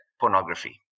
pornography